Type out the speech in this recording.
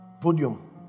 Podium